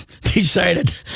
decided